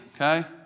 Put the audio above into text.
okay